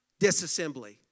disassembly